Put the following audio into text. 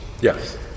Yes